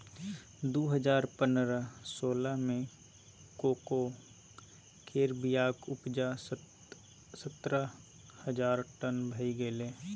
दु हजार पनरह सोलह मे कोको केर बीयाक उपजा सतरह हजार टन भए गेलै